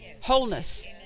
Wholeness